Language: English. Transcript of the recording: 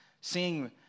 seeing